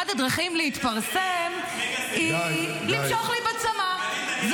אחת הדרכים להתפרסם היא למשוך לי בצמה.